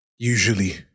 Usually